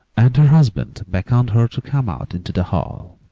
and her husband beckoned her to come out into the hall.